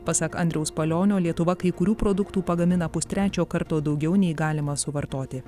pasak andriaus palionio lietuva kai kurių produktų pagamina pustrečio karto daugiau nei galima suvartoti